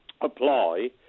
apply